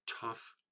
tough